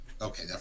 Okay